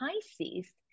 Pisces